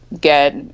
get